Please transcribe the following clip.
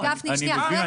אני מבין.